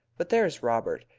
but there is robert.